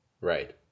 Right